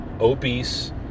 obese